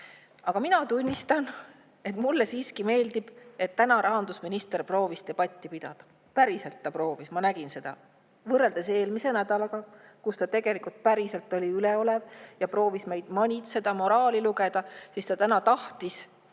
Mina tunnistan, et mulle siiski meeldib, et täna rahandusminister proovis debatti pidada. Päriselt, ta proovis, ma nägin seda – võrreldes eelmise nädalaga, kus ta tegelikult oli üleolev ja proovis meid manitseda, meile moraali lugeda. Täna ta tahtis